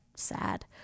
sad